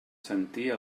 sentir